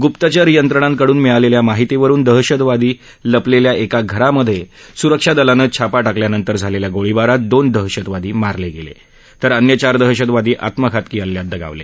गुप्तचर यंत्रणाकडून मिळालेल्या माहितीवरुन दहशतवादी लपलेल्या एका घरामधे सुरक्षा दलानं छापा टाकल्यानंतर झालेल्या गोळीबारात दोन दहशतवादी मारले गेले तर अन्य चार दहशतवादी आत्मघातकी हल्ल्यात दगावले